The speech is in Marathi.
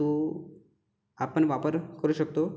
तो आपण वापर करू शकतो